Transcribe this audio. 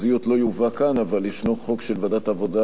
אבל ישנו חוק של ועדת העבודה,